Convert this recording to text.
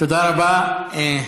תודה רבה.